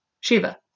Shiva